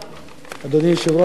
אדוני היושב-ראש, אני סיימתי.